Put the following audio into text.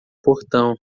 portão